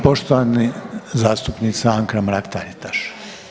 Poštovana zastupnica Anka Mrak Taritaš.